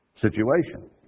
situation